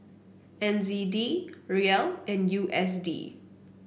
N Z D Riel and U S D